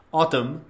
autumn